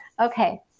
Okay